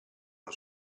uno